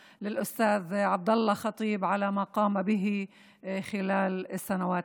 זוהי הזדמנות גם להודות לאדון עבדאללה ח'טיב על פועלו במשך שנים רבות.)